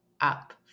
up